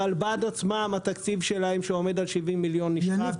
הרלב"ד התקציב שלהם עומד על 70 מיליון נשחק.